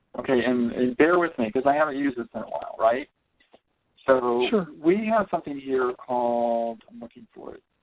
okay and bear with me because i haven't used this in a while right so sure we have something here called i'm looking for it.